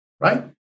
right